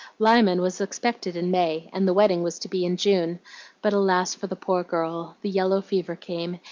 lyman was expected in may, and the wedding was to be in june but, alas for the poor girl! the yellow-fever came,